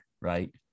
right